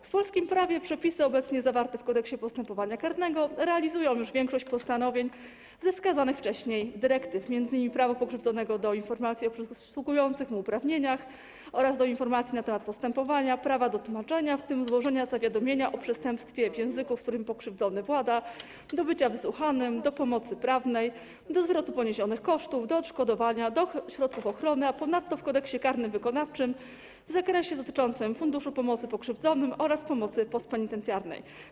W polskim prawie przepisy obecnie zawarte w Kodeksie postępowania karnego realizują już większość postanowień ze wskazanych wcześniej dyrektyw, m.in. prawo pokrzywdzonego do informacji o przysługujących mu uprawnieniach oraz do informacji na temat postępowania, prawa do tłumaczenia, w tym złożenia zawiadomienia o przestępstwie w języku, którym pokrzywdzony włada, do bycia wysłuchanym, do pomocy prawnej, do zwrotu poniesionych kosztów, do odszkodowania, do środków ochrony, a ponadto w Kodeksie karnym wykonawczym - w zakresie dotyczącym Funduszu Pomocy Pokrzywdzonym oraz Pomocy Postpenitencjarnej.